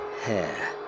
hair